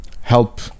help